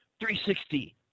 360